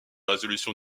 résolution